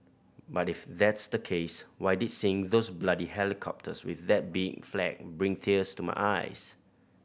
but if that's the case why did seeing those bloody helicopters with that big flag bring tears to my eyes